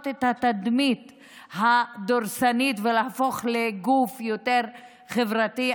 את התדמית הדורסנית ולהפוך אותה לגוף יותר חברתי.